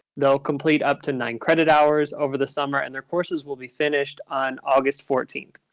they'll complete up to nine credit hours over the summer and their courses will be finished on august fourteenth.